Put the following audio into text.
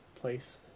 place